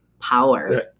power